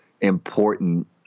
important